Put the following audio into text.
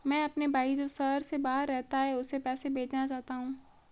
मैं अपने भाई जो शहर से बाहर रहता है, उसे पैसे भेजना चाहता हूँ